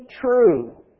true